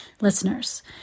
Listeners